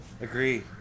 agree